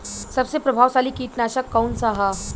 सबसे प्रभावशाली कीटनाशक कउन सा ह?